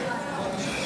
אדוני